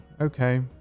okay